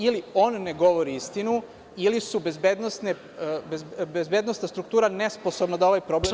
Ili on ne govori istinu ili je bezbednosna struktura nesposobna da ovaj problem reši.